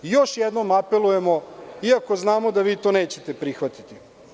Još jednom apelujemo, iako znamo da vi to nećete prihvatiti.